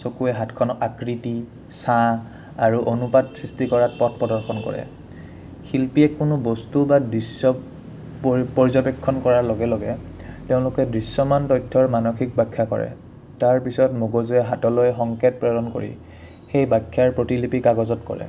চকুৱে হাতখন আকৃতি ছাঁ আৰু অনুপাত সৃষ্টি কৰাত পথ প্ৰদৰ্শন কৰে শিল্পীয়ে কোনো বস্তু বা দৃশ্য পৰি পৰ্যবেক্ষণ কৰাৰ লগে লগে তেওঁলোকে দৃশ্যমান তথ্যৰ মানসিক বাখ্যা কৰে তাৰপিছত মগজুৱে হাতলৈ সংকেত প্ৰেৰণ কৰি সেই বাখ্যাৰ প্ৰতিলিপি কাগজত কৰে